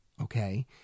Okay